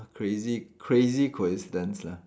crazy crazy coincidence lah